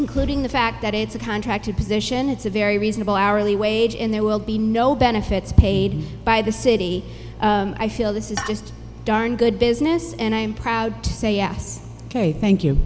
including the fact that it's a contracted position it's a very reasonable hourly wage in there will be no benefits paid by the city i feel this is just darn good business and i'm proud to say yes ok thank you